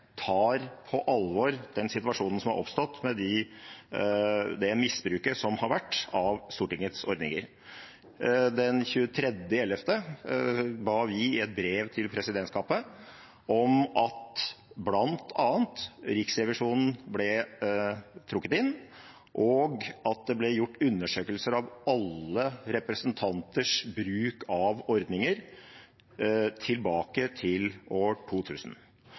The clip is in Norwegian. tar på alvor den situasjonen som er oppstått med misbruket som har vært av Stortingets ordninger. Den 23. november ba vi i et brev til presidentskapet om at bl.a. Riksrevisjonen ble trukket inn, og at det ble gjort undersøkelser av alle representanters bruk av ordninger tilbake til år 2000.